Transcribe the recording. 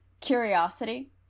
curiosity